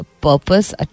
purpose